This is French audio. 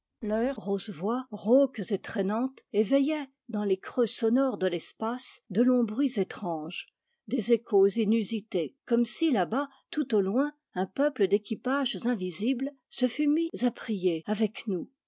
les répons leurs grosses voix rauques et traînantes éveillaient dans les creux sonores de l'espace de longs bruits étranges des échos inusités comme si là bas tout au loin un peuple d'équipages invisibles se fût mis à prier avec nous